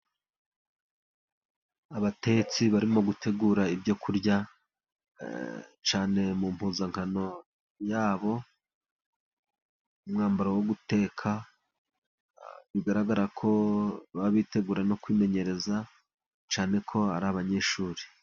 Abatetsi barimo gutegura ibyo kurya, cyane mu mpuzankano yabo umwambaro wo guteka, bigaragara ko baba bitegura no kwimenyereza ,cyane ko ari abanyeshuri.